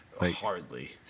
Hardly